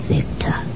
Victor